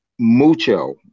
mucho